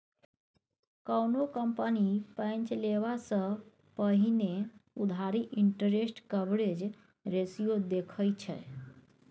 कोनो कंपनी पैंच लेबा सँ पहिने उधारी इंटरेस्ट कवरेज रेशियो देखै छै